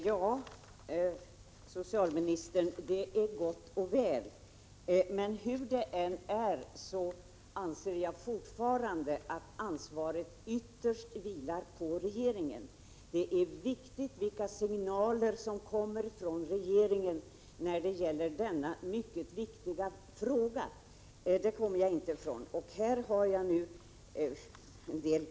Det nya dödsbegreppet, hjärndöd, som enligt lag skall gälla fr.o.m. den 1 januari 1988, accentuerar behovet av en relevant samvetsklausul i de föreskrifter som sjukvårdspersonalen har att rätta sig efter.